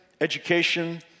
education